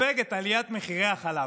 סופג את עליית מחירי החלב.